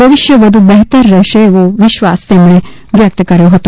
ભવિષ્ય વધુ બહેતર રહેશે એવો વિશ્વાસ તેમણે વ્યક્ત કર્યો હતો